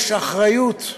יש אחריות,